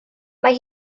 mae